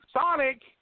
Sonic